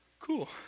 cool